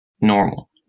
normal